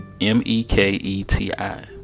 M-E-K-E-T-I